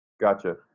Gotcha